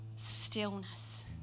Stillness